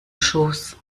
schoß